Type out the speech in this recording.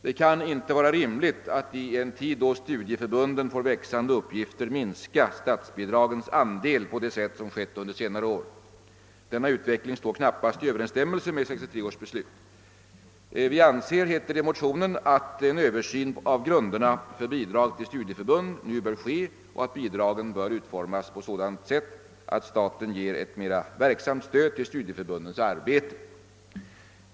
Det kan inte vara rimligt, sägs det, att i en tid då studieförbunden får växande uppgifter minska statsbidragens andel på det sätt som skett under senare år. Denna utveckling står knappast i överensstämmelse med 1963 års beslut. Vi anser, heter det vidare i motionen, att en översyn av grunderna för bidrag till studieförbund nu bör ske och att bidragen bör utformas på sådant sätt att staten ger ett mera verksamt stöd till stu dieförbundens arbete.